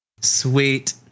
Sweet